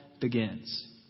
begins